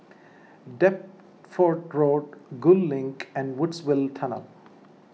Deptford Road Gul Link and Woodsville Tunnel